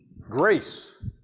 Grace